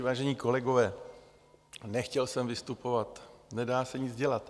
Vážení kolegové, nechtěl jsem vystupovat, nedá se nic dělat.